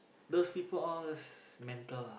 those people all as mental ah